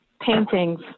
paintings